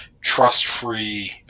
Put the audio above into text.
trust-free